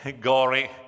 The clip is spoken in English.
gory